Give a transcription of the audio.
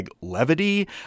levity